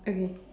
okay